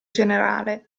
generale